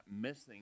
missing